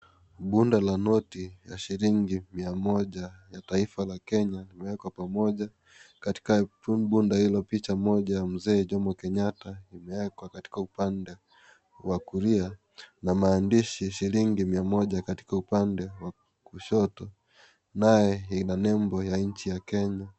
Bunda la noti ya shilingi mia moja ya taifa la Kenya limewekwa pamoja. Katika bunda hilo, picha moja ya mzee Jomo Kenyatta imewekwa katika upande wa kulia na maandishi shilingi mia moja, katika upande wa kushoto. Naye ina nembo ya nchi ya Kenya.